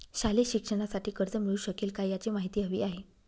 शालेय शिक्षणासाठी कर्ज मिळू शकेल काय? याची माहिती हवी आहे